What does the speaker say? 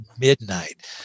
midnight